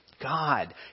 God